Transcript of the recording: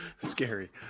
scary